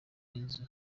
inzu